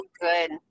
good